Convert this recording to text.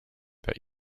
that